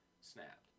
snapped